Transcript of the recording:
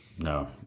No